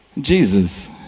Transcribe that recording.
Jesus